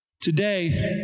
today